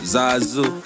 Zazu